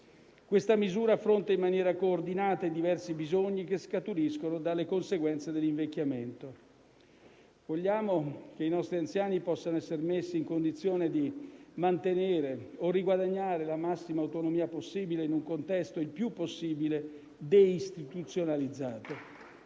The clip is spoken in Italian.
Questa misura affronta in maniera coordinata i diversi bisogni che scaturiscono dalle conseguenze dell'invecchiamento. Vogliamo che i nostri anziani possano essere messi in condizione di mantenere o riguadagnare la massima autonomia possibile, in un contesto il più possibile deistituzionalizzato.